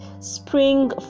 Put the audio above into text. Spring